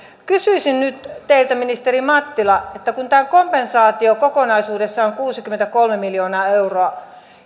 toteaisin nyt teille ministeri mattila että kun tämä kompensaatio kokonaisuudessaan on kuusikymmentäkolme miljoonaa euroa